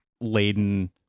laden